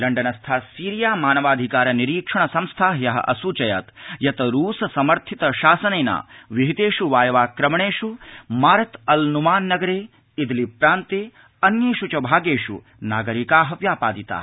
London स्था Syria मानवाधिकार निरीक्षण संस्था हय असूचयत् यत् रूस समर्थित शासनेन विहितेष् वाय्वाक्रमणेष् मारत् अल् नुमान नगरे इदलिब प्रान्ते अन्येष् च भागेष् नागरिका व्यापादिता